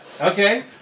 Okay